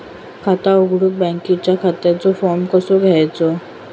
खाता उघडुक बँकेच्या खात्याचो फार्म कसो घ्यायचो?